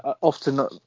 Often